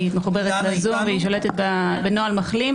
היא מחוברת בזום והיא שולטת בנוהל מחלים.